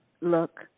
Look